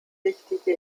wichtige